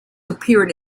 appeared